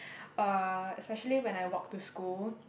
uh especially when I walk to school